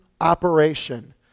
operation